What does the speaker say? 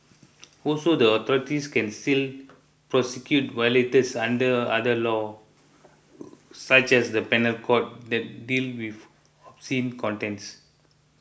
also the authorities can still prosecute violators under other laws such as the Penal Code that deal with scene content